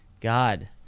God